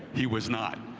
he was not.